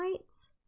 Lights